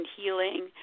healing